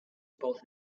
both